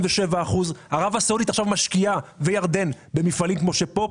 ערב הסעודית וירדן משקיעות עכשיו במפעלים כמו שפה,